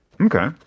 Okay